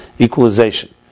equalization